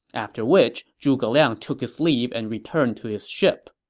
after which zhuge liang took his leave and returned to his ship.